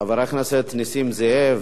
חבר הכנסת נסים זאב,